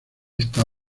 está